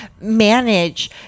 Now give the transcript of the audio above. manage